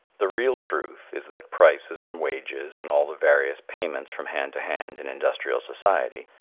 the real truth is that prices and wages and all the various payments from hand to hand in industrial society,